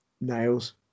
nails